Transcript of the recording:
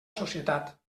societat